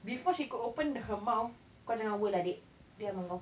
before she could open her mouth kau jangan world lah dik diam ah engkau